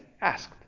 asked